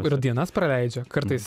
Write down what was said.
ir dienas praleidžia kartais